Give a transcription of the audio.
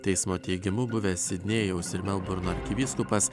teismo teigimu buvęs sidnėjaus ir melburno arkivyskupas